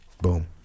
Boom